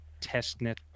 testnet